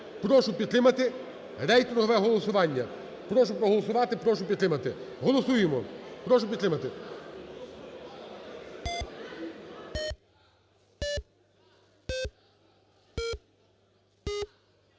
Прошу підтримати рейтингове голосування, прошу проголосувати, прошу підтримати, голосуємо, прошу підтримати.